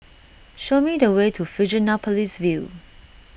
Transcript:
show me the way to Fusionopolis View